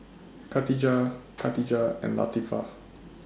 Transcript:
Khatijah Katijah and Latifa